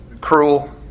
cruel